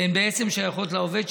והן בעצם שייכות לעובד,